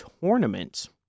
tournament